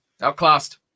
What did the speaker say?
Outclassed